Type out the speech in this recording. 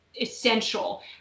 essential